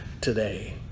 today